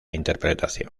interpretación